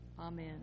Amen